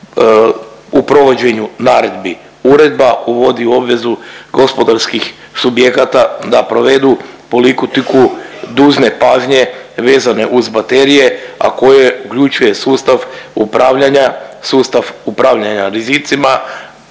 u provođenju naredbi. Uredba uvodi u obvezu gospodarskih subjekata da provedbu polikutiku dužne pažnje vezane uz baterije, a koje uključuje sustav upravljanja, sustav